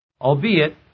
albeit